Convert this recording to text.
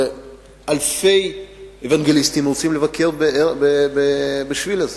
ואלפי אוונגליסטים רוצים לבקר בשביל הזה.